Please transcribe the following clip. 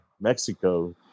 Mexico